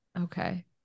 Okay